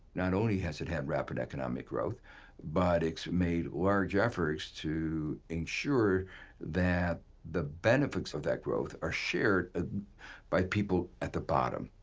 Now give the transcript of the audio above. not only has it had rapid economic growth but it's made large efforts to ensure that the benefits of that growth are shared ah by people at the bottom.